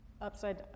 Upside